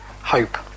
hope